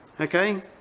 Okay